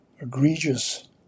egregious